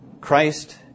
Christ